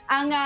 Ang